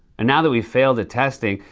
and now that we've failed at testing,